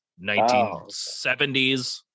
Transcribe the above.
1970s